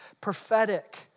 prophetic